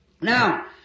Now